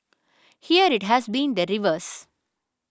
here it has been the reverse